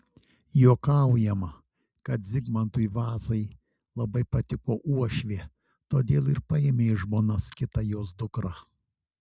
juokaujama kad zigmantui vazai labai patiko uošvė todėl ir paėmė į žmonas kitą jos dukrą